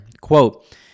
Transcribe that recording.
Quote